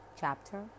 chapter